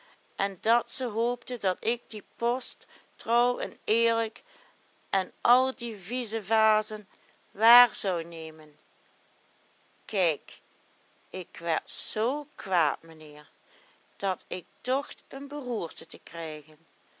en dat ze hoopten dat ik die post trouw en eerlijk en al die viezevazen waar zou nemen kijk ik werd zoo kwaad menheer dat ik docht een beroerte te krijgen